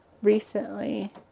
Recently